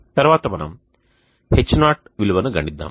తరువాత మనం Ho విలువను గణిద్దాం